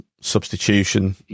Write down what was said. substitution